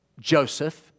Joseph